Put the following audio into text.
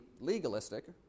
legalistic